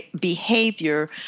behavior